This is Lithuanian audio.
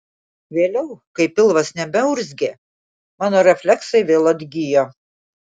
vėliau kai pilvas nebeurzgė mano refleksai vėl atgijo